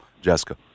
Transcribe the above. Jessica